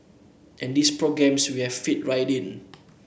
and these programmes we have fit right in